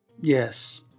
Yes